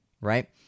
right